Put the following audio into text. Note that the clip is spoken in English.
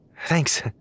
Thanks